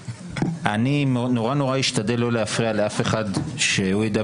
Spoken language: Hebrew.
אני נורא נורא אשתדל לא להפריע לאף אחד שידבר,